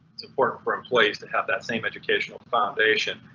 it's important for employees to have that same educational foundation.